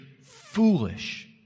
foolish